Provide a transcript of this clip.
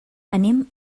anem